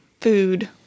food